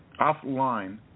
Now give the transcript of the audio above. offline